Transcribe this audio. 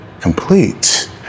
complete